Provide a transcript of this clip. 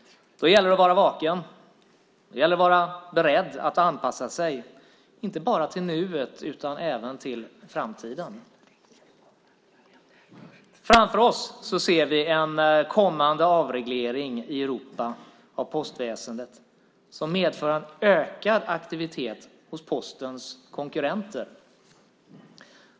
Då gäller det att vara vaken. Då gäller det att vara beredd att anpassa sig inte bara till nuet utan även till framtiden. Framför oss ser vi en kommande avreglering av postväsendet i Europa som medför ökad aktivitet hos Postens konkurrenter.